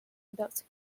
without